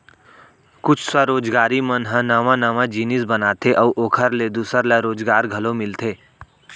कुछ स्वरोजगारी मन ह नवा नवा जिनिस बनाथे अउ ओखर ले दूसर ल रोजगार घलो मिलथे